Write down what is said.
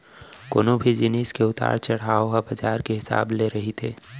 कोनो भी जिनिस के उतार चड़हाव ह बजार के हिसाब ले रहिथे